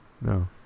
No